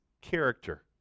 character